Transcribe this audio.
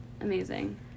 amazing